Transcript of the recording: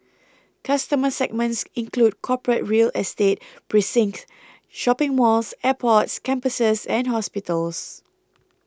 customer segments include corporate real estate precincts shopping malls airports campuses and hospitals